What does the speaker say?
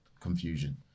confusion